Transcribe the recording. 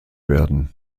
werden